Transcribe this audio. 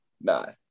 no